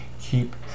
keep